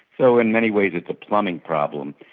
so in many ways it's a plumbing problem.